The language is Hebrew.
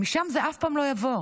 משם זה אף פעם לא יבוא,